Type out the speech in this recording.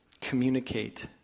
communicate